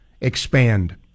expand